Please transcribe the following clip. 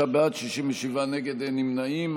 35 בעד, 67 נגד, אין נמנעים.